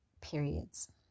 periods